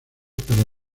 para